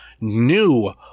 new